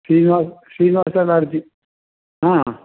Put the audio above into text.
श्रीनिवा श्रीनिवासलोड्जिङ्ग् हा